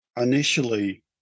initially